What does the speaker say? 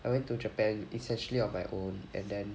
I went to japan essentially on my own and then